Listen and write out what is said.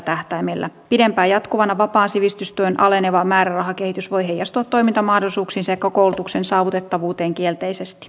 pidempään jatkuvana vapaan sivistystyön aleneva määrärahakehitys voi heijastua toimintamahdollisuuksiin sekä koulutuksen saavutettavuuteen kielteisesti